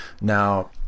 Now